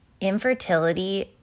infertility